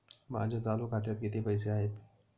माझ्या चालू खात्यात किती पैसे आहेत?